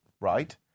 right